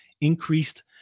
increased